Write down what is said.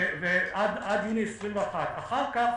עד 2021. אנחנו,